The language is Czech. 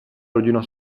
rodina